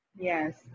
Yes